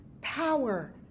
power